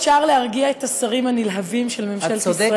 אפשר להרגיע את השרים הנלהבים של ממשלת ישראל?